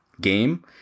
game